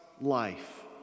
life